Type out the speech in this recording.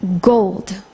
gold